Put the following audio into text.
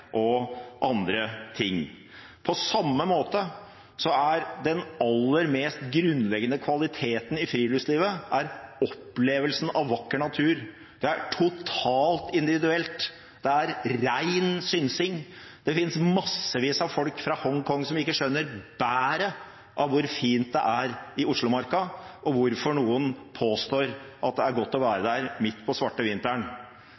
og andre ting. På samme måte er den aller mest grunnleggende kvaliteten i friluftslivet opplevelsen av vakker natur. Det er totalt individuelt. Det er rein synsing. Det finnes massevis av folk fra Hongkong som ikke skjønner bæret av hvor fint det er i Oslomarka, og hvorfor noen påstår at det er godt å være der midt på svarte vinteren.